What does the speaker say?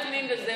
אולי פנים וזהו?